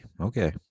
Okay